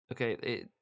Okay